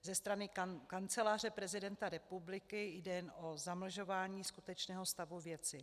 Ze strany Kanceláře prezidenta republiky jde jen o zamlžování skutečného stavu věci.